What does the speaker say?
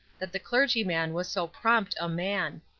that the clergyman was so prompt a man.